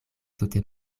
tute